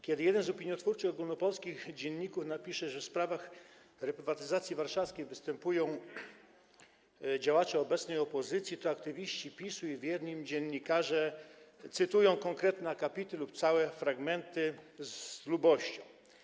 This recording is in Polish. Kiedy jeden z opiniotwórczych ogólnopolskich dzienników napisze, że w sprawach reprywatyzacji warszawskiej występują działacze obecnej opozycji, to aktywiści PiS-u i wierni im dziennikarze cytują konkretne akapity lub całe fragmenty z lubością.